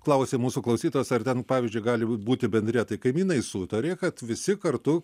klausia mūsų klausytojas ar ten pavyzdžiui gali būti bendrija tai kaimynai sutarė kad visi kartu